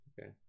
Okay